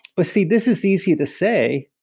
but see, this is easy to say.